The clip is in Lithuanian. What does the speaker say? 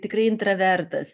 tikrai intravertas